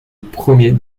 premier